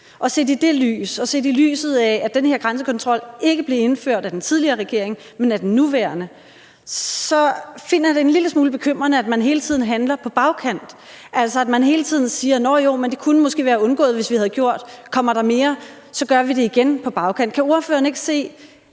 Set i det lys og i lyset af at den her grænsekontrol ikke blev indført af den tidligere regering, men af den nuværende, så finder jeg det en lille smule bekymrende, at man hele tiden handler på bagkant, altså at man hele tiden siger: Nå, jo, men det kunne måske være undgået, hvis vi havde gjort det og det. Kommer der mere, så handler vi igen på bagkant. Kan ordføreren ikke se,